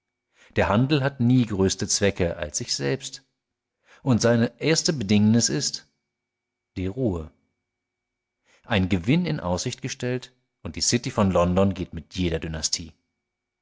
der handel hat nie größte zwecke als sich selbst und seine erste bedingnis ist die ruhe ein gewinn in aussicht gestellt und die city von london geht mit jeder dynastie